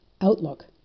outlook